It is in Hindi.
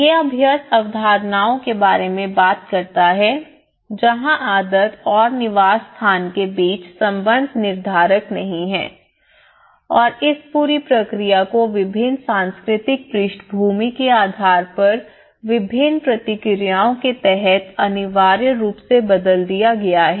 यह अभ्यस्त अवधारणाओं के बारे में बात करता है जहां आदत और निवास स्थान के बीच संबंध निर्धारक नहीं है और इस पूरी प्रक्रिया को विभिन्न सांस्कृतिक पृष्ठभूमि के आधार पर विभिन्न प्रतिक्रियाओं के तहत अनिवार्य रूप से बदल दिया गया है